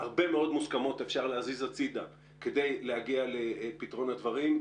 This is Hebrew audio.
הרבה מאוד מוסכמות אפשר להזיז הצידה כדי להגיע לפתרון הדברים.